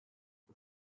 for